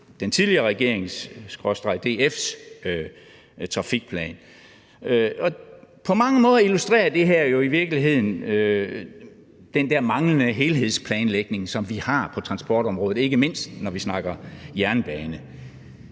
den tidligere regerings skråstreg DF's trafikplan, og på mange måder illustrerer det her jo i virkeligheden den der manglende helhedsplanlægning, som vi har på transportområdet, ikke mindst når vi snakker jernbane.